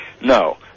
no